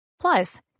Plus